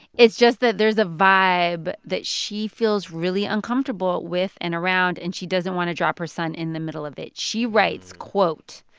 it's just that there's a vibe that she feels really uncomfortable with and around, and she doesn't want to drop her son in the middle of it. she writes, quote,